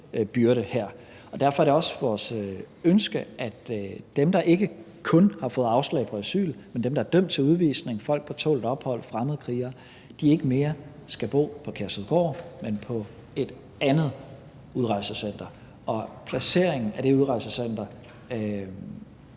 byrde. Og derfor er det også vores ønske, at ikke kun dem, der har fået afslag på asyl, men også dem, der er dømt til udvisning – folk på tålt ophold, fremmedkrigere – ikke længere skal bo på Kærshovedgård, men på et andet udrejsecenter, og placeringen af det udrejsecenter